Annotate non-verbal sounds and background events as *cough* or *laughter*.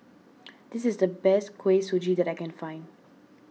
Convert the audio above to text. *noise* this is the best Kuih Suji that I can find